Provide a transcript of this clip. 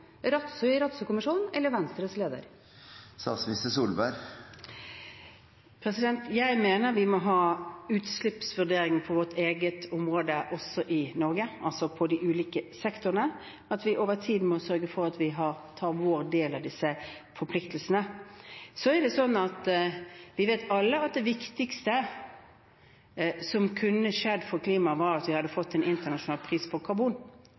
eller Venstres leder? Jeg mener vi må ha utslippsvurderinger også i Norge – på vårt eget område, i de ulike sektorene. Vi må over tid sørge for at vi tar vår del av disse forpliktelsene. Vi vet alle at det viktigste som kunne skjedd for klimaet, var at vi hadde fått en internasjonal pris på karbon.